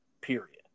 period